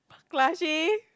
blushing